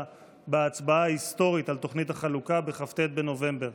בהצבעה ההיסטורית על תוכנית החלוקה בכ"ט בנובמבר.